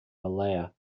malaya